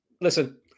listen